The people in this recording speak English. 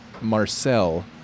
Marcel